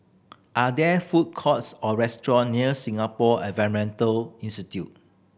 are there food courts or restaurants near Singapore Environmental Institute